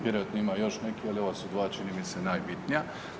Vjerojatno ima još neko, ali ovo su dva, čini mi se, najbitnija.